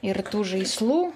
ir tų žaislų